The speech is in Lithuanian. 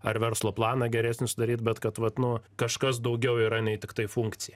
ar verslo planą geresnį sudaryt bet kad vat nu kažkas daugiau yra nei tiktai funkcija